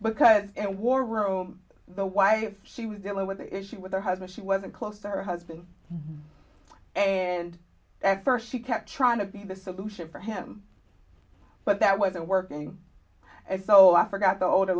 because in a war room the why she was dealing with the issue with her husband she wasn't close to her husband and at first she kept trying to be the solution for him but that wasn't working and so i forgot the older